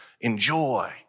enjoy